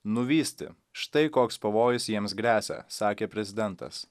nuvysti štai koks pavojus jiems gresia sakė prezidentas